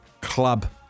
club